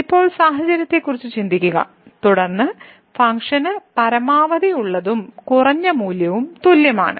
ഇപ്പോൾ സാഹചര്യത്തെക്കുറിച്ച് ചിന്തിക്കുക തുടർന്ന് ഫംഗ്ഷന് പരമാവധി ഉള്ളതും കുറഞ്ഞ മൂല്യവും തുല്യമാണ്